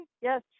Yes